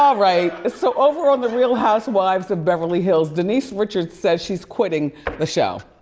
um right, so overall the real housewives of beverly hills denise richards said she's quitting the show.